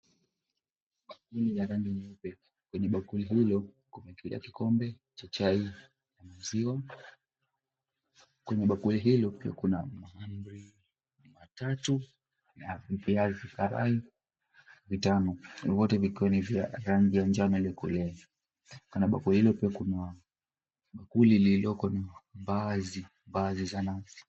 Bakuli lenye rangi nyeupe. Kwenye bakuli hilo kuna kikombe cha chai ya maziwa, kwenye bakuli hilo pia kuna mahamri matatu na viazi karai vitano vyote vikiwa ni vya rangi ya njano. Kwenye bakuli hilo pia kuna bakuli lililoko na mbaazi za nazi.